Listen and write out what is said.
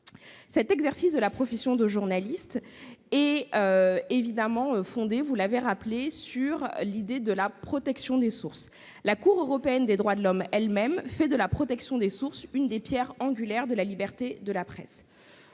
L'exercice de la profession de journaliste est fondé, vous l'avez rappelé, sur le principe de la protection des sources. La Cour européenne des droits de l'homme elle-même fait de la protection des sources une des pierres angulaires de la liberté de la presse.